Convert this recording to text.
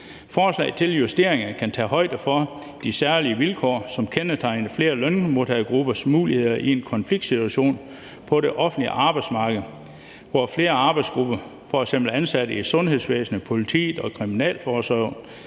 Forslag til justeringer kan tage højde for de særlige vilkår, som kendetegner flere lønmodtagergruppers muligheder i en konfliktsituation på det offentlige arbejdsmarked, hvor flere arbejdsgrupper, f.eks. ansatte i sundhedsvæsenet, politiet og kriminalforsorgen,